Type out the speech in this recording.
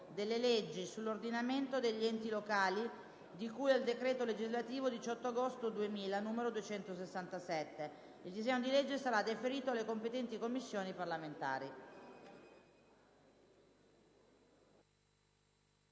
delle leggi sull'ordinamento degli enti locali, di cui al decreto legislativo 18 agosto 2000, n. 267» (A.S. 2156-*quater*). Il disegno di legge sarà deferito alle competenti Commissioni parlamentari.